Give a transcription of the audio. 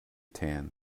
tan